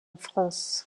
france